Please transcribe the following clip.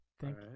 Thank